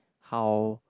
how